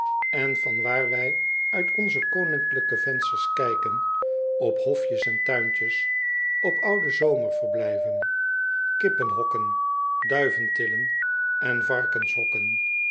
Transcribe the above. en van waar wij uit onze koninklijke vensters kijken op hofjes en tuintjes op oude zomerverblijven kippenhokken duiventillen en varkenshokken